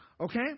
okay